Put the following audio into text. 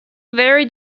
very